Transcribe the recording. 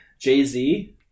Jay-Z